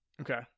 Okay